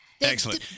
Excellent